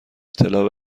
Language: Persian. اطلاع